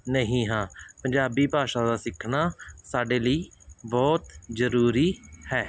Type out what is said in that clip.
ਨਹੀਂ ਹਾਂ ਪੰਜਾਬੀ ਭਾਸ਼ਾ ਦਾ ਸਿੱਖਣਾ ਸਾਡੇ ਲਈ ਬਹੁਤ ਜ਼ਰੂਰੀ ਹੈ